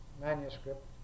manuscript